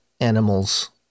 animals